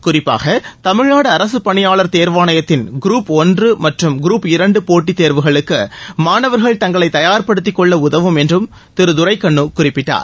குறிப்பாக தமிழ்நாடு அரசுப் பணியாளர் தேர்வாணையத்தின் குரூப் ஒன்று மற்றும் குரூப் இரண்டு போட்டித் தேர்வுகளுக்கு மானவர்கள் தங்களை தயார்படுத்திக் கொள்ள உதவும் என்றும் திரு துரைக்கண்ணு குறிப்பிட்டார்